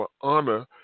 honor